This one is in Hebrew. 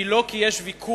היא לא כי יש ויכוח